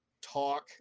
talk